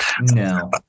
No